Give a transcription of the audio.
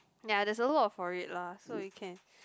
ya there also for it lah so it can